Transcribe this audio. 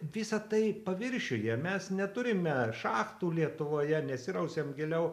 visa tai paviršiuje mes neturime šachtų lietuvoje nesirausiam giliau